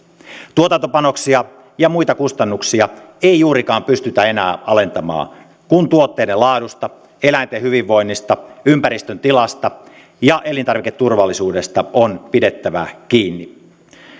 tuotantopanoksia ja muita kustannuksia ei juurikaan pystytä enää alentamaan kun tuotteiden laadusta eläinten hyvinvoinnista ympäristön tilasta ja elintarviketurvallisuudesta on pidettävä kiinni